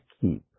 keep